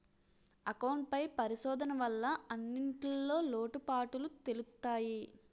account పై పరిశోధన వల్ల అన్నింటిన్లో లోటుపాటులు తెలుత్తయి